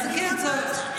--- אין לי אצבעות.